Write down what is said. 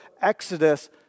Exodus